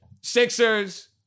Sixers